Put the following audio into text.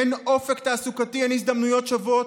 אין אופק תעסוקתי, אין הזדמנויות שוות,